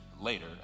later